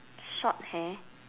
short hair